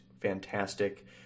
fantastic